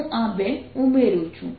અને હું આ બે ઉમેરું છું